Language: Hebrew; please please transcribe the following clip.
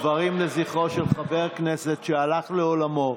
דברים לזכרו של חבר הכנסת שהלך לעולמו.